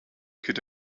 could